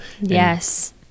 Yes